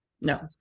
No